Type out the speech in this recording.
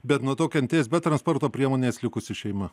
bet nuo to kentės be transporto priemonės likusi šeima